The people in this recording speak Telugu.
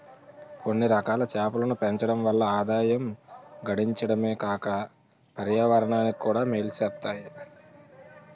కొన్నిరకాల చేపలను పెంచడం వల్ల ఆదాయం గడించడమే కాక పర్యావరణానికి కూడా మేలు సేత్తాయి